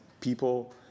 people